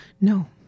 no